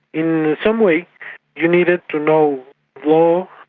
in some ways you needed to know law,